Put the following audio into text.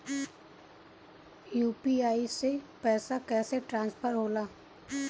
UPI से पैसा कैसे ट्रांसफर होला?